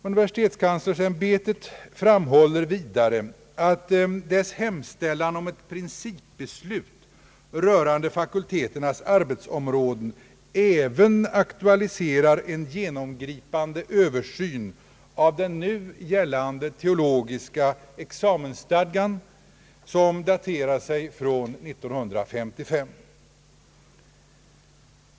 Universitetskanslersämbetet framhåller vidare att dess hemställan om ett principbeslut rörande fakulteternas arbetsområden även aktualiserar en genomgripande översyn av nu gällande teologiska examensstadga, som daterar sig från 1955.